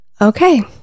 Okay